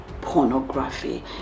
pornography